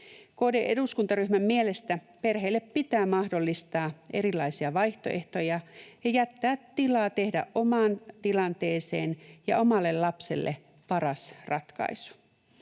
KD-eduskuntaryhmän mielestä perheille pitää mahdollistaa erilaisia vaihtoehtoja ja jättää tilaa tehdä omaan tilanteeseen ja omalle lapselle paras ratkaisu.